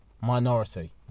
minority